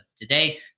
today